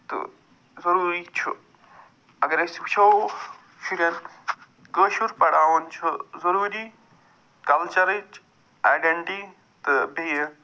تہٕ ضروٗری چھُ اگر أسۍ وٕچھو شُرٮ۪ن کٲشُر پراوُن چھُ ضُروٗری کلچرٕچ آٮ۪ڈٮ۪نٛٹی تہٕ بیٚیہِ